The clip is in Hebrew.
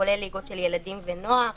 כולל ליגות של ילדים ונוער.